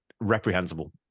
reprehensible